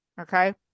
Okay